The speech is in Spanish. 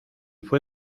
fue